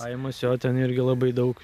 kaimas jo ten irgi labai daug